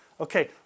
Okay